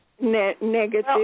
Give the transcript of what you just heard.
negative